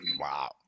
Wow